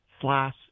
slash